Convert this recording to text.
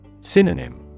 Synonym